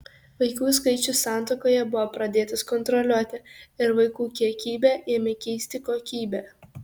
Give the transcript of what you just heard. vaikų skaičius santuokoje buvo pradėtas kontroliuoti ir vaikų kiekybę ėmė keisti kokybė